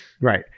Right